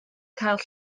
cael